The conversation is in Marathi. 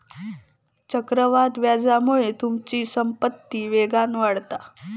चक्रवाढ व्याजामुळे तुमचो संपत्ती वेगान वाढता